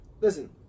listen